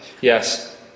Yes